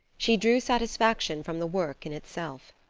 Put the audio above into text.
she drew satisfaction from the work in itself.